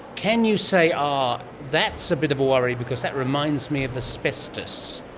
can you say um that's a bit of a worry because that reminds me of asbestos?